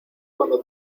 cuando